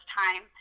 time